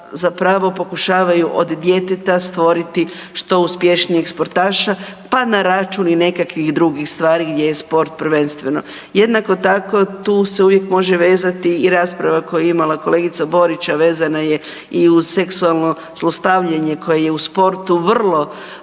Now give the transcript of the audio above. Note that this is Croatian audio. zapravo pokušavaju od djeteta stvoriti što uspješnijeg sportaša pa na račun i nekakvih drugih stvari gdje je sport prvenstveno. Jednako tako tu se uvijek može vezati i rasprava koju je imala kolegica Borić, a vezana je iz seksualno zlostavljanje koje je u sportu vrlo